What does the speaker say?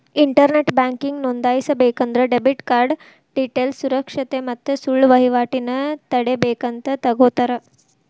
internet banking ನೋಂದಾಯಿಸಬೇಕಂದ್ರ debit card ಡೇಟೇಲ್ಸ್ನ ಸುರಕ್ಷತೆ ಮತ್ತ ಸುಳ್ಳ ವಹಿವಾಟನ ತಡೇಬೇಕಂತ ತೊಗೋತರ